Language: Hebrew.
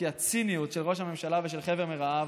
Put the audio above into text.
כי הציניות של ראש הממשלה ושל חבר מרעיו